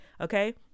Okay